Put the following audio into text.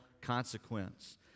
consequence